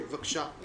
בבקשה.